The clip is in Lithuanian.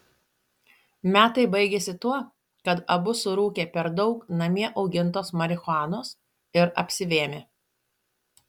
metai baigėsi tuo kad abu surūkė per daug namie augintos marihuanos ir apsivėmė